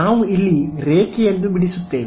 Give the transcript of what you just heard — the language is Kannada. ನಾವು ಇಲ್ಲಿ ರೇಖೆಯನ್ನು ಬಿಡಿಸುತ್ತೇವೆ